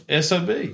SOB